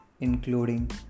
Including